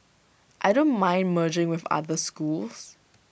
I don't mind merging with other schools